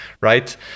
right